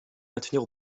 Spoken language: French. maintenir